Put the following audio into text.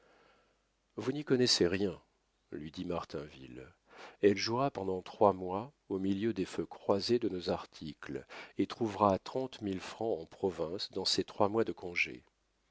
vous n'y connaissez rien lui dit martinville elle jouera pendant trois mois au milieu des feux croisés de nos articles et trouvera trente mille francs en province dans ses trois mois de congé